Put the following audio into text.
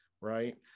Right